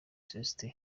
célestin